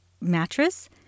mattress